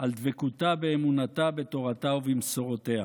על דבקותה באמונתה, בתורתה ובמסורותיה.